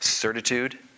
Certitude